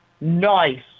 nice